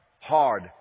hard